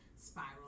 spiral